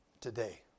today